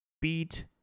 beat